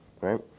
right